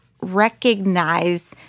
recognize